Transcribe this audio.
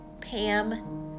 Pam